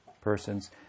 persons